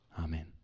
Amen